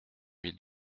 mille